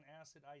acid